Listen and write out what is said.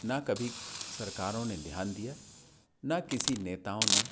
ना कभी सरकारों ने ध्यान दिया ना किसी नेताओं ने